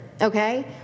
Okay